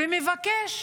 ומבקש